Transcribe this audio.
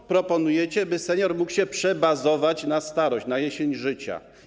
Co proponujecie, by senior mógł się przebazować na starość, na jesień życia?